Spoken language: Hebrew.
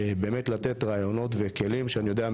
באמת לתת רעיונות וכלים שאני יודע,